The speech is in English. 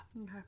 Okay